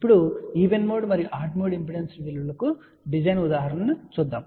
ఇప్పుడు మీరు ఈవెన్ మరియు ఆడ్ మోడ్ ఇంపెడెన్స్ల విలువలకు డిజైన్ ఉదాహరణ తీసుకుంటారు